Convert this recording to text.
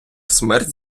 смерть